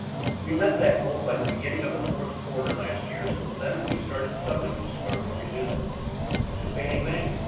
we met that goal by the beginning of the fourth quarter last year, so then we started selling most of our mortgages to fannie mae.